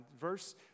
Verse